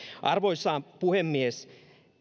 arvoisa puhemies